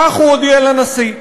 כך הוא הודיע לנשיא.